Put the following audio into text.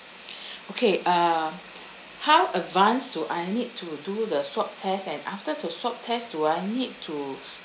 okay uh how advanced do I need to do the swab test and after the swab test do I need to